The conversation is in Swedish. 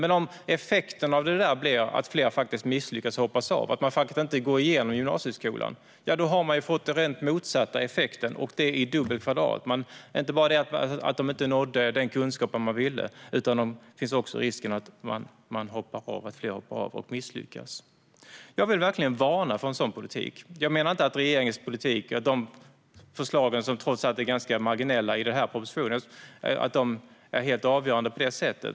Men om effekterna blir att fler misslyckas och hoppar av, att man inte tar sig igenom gymnasieskolan, har det fått den rent motsatta effekten, och det i dubbel bemärkelse. Det blev inte bara på det sättet att eleverna inte nådde den kunskap man ville att de skulle nå; risken finns också att fler hoppar av och misslyckas. Jag vill verkligen varna för en sådan politik. Jag menar inte att regeringens politik är helt avgörande på det sättet; förslagen i propositionen är trots allt ganska marginella.